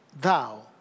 thou